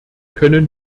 können